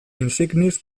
insignis